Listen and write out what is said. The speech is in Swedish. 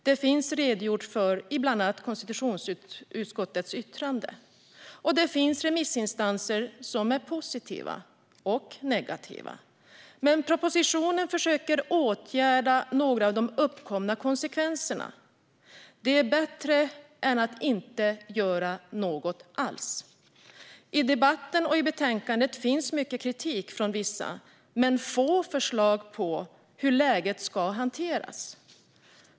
Detta finns redogjort för bland annat i konstitutionsutskottets yttrande. Det finns remissinstanser som är positiva, och det finns de som är negativa. Propositionen försöker åtgärda några av de uppkomna konsekvenserna, och det är bättre än att inte göra något alls. I debatten och betänkandet finns mycket kritik från vissa men få förslag på hur läget ska hanteras.